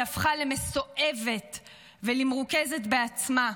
היא הפכה למסואבת ולמרוכזת בעצמה.